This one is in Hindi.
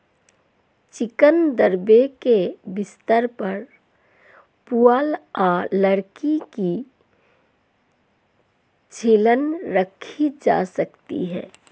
चिकन दड़बे के बिस्तर पर पुआल या लकड़ी की छीलन रखी जा सकती है